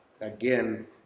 again